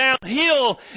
downhill